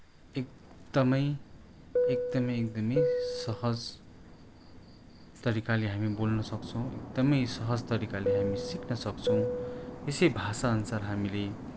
एकदमै एकदमै एकदमै सहज तरिकाले हामी बोल्न सक्छौँ एकदमै सहज तरिकाले हामी सिक्न सक्छौँ यसै भाषा अनुसार हामीले